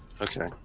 Okay